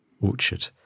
orchard